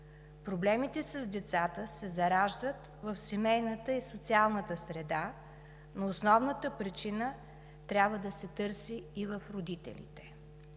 Проблемите с децата се зараждат в семейната и социалната среда, но основната причина трябва да се търси и в родителите.